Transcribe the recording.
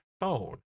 phone